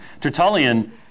Tertullian